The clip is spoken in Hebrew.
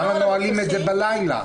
ענו לך.